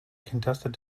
contested